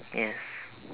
yes